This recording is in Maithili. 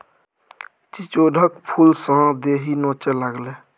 चिचोढ़क फुलसँ देहि नोचय लागलै